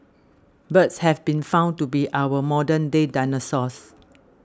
birds have been found to be our modern day dinosaurs